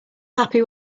happy